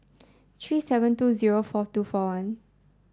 three seven two zero four two four one